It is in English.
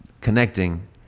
connecting